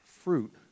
fruit